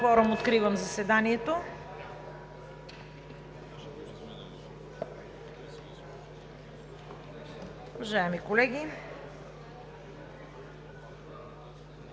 Откривам заседанието. Уважаеми колеги,